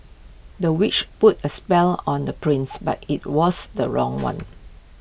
the witch put A spell on the prince but IT was the wrong one